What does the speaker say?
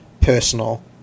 personal